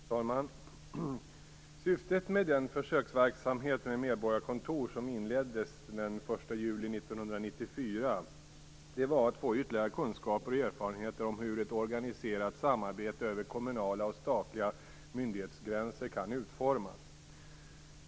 Fru talman! Syftet med den försöksverksamhet med medborgarkontor som inleddes den 1 juli 1994 var att få ytterligare kunskaper och erfarenheter om hur ett organiserat samarbete över kommunala och statliga myndighetsgränser kan utformas.